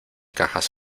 cajas